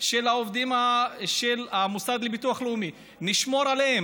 לגבי המוסד לביטוח לאומי, ונשמור עליהם.